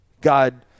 God